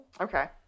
Okay